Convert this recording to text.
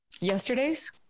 yesterday's